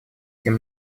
тем